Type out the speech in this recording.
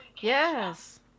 Yes